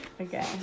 Okay